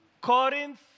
Corinth